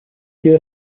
sido